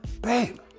Babe